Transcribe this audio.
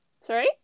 Sorry